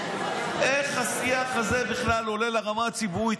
איך בכלל השיח הזה עולה לרמה הציבורית?